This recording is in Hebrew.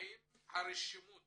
האם הרשימות